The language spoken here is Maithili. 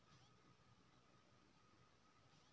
ठढियाक साग बड़ नीमन होए छै